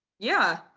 yeah,